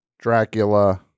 Dracula